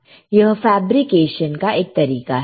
यह फेब्रिकेशन का एक तरीका है